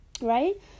right